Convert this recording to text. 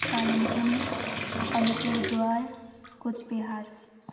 Kalimpong Alipurduar Cooch Behar